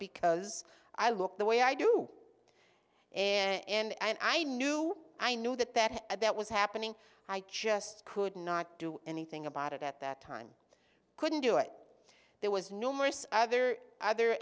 because i looked the way i do and i knew i knew that that that was happening i just could not do anything about it at that time i couldn't do it there was numerous other other